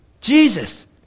Jesus